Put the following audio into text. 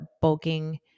bulking